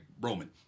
Roman